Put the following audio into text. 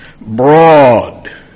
broad